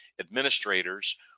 administrators